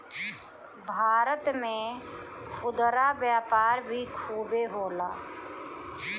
भारत में खुदरा व्यापार भी खूबे होला